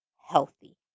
healthy